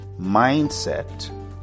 mindset